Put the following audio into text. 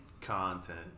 content